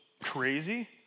crazy